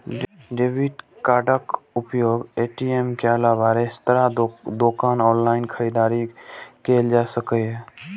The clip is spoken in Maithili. डेबिट कार्डक उपयोग ए.टी.एम के अलावे रेस्तरां, दोकान, ऑनलाइन खरीदारी मे कैल जा सकैए